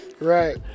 Right